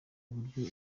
uburyo